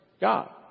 God